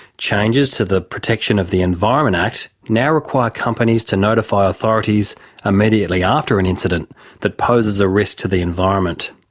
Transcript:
changes to the protection of the environment act now require companies to notify authorities immediately after an incident that poses a risk to the environment.